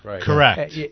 Correct